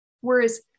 Whereas